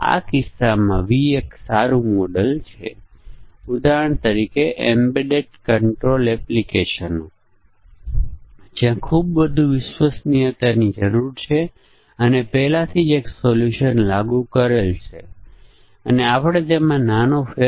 આપણે આ બંનેને જોડી શકીએ છીએ કારણ કે આ બંને સમાન ક્રિયા પેદા કરે છે આ બંને અડધાથી વધુ ભરાયેલ અને સીટ દીઠ 3000 કરતા વધારે નહીં હોય ને ધ્યાનમાં લીધા વગર